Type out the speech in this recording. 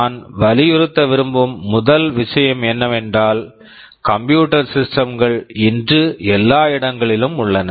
நான் வலியுறுத்த விரும்பும் முதல் விஷயம் என்னவென்றால் கம்ப்யூட்டர் சிஸ்டம்ஸ் computer systems கள் இன்று எல்லா இடங்களிலும் உள்ளன